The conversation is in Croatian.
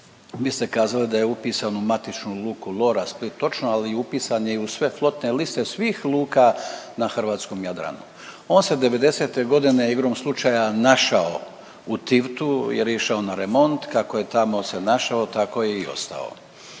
Vi ste kazali da je upisan u matičnu Luku Lora Split. Točno, ali upisan je i u sve flotne liste svih luka na hrvatskom Jadranu. On se '90.-te godine igrom slučaja našao u Tivtu jer je išao na remont, kako je tamo se našao tako je i ostao.